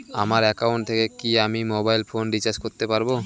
আমার একাউন্ট থেকে কি আমি মোবাইল ফোন রিসার্চ করতে পারবো?